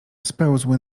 spełzły